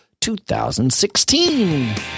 2016